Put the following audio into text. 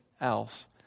else